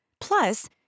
Plus